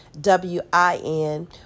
w-i-n